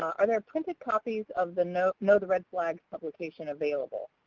are there printed copies of the know know the red flags publication available?